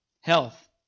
health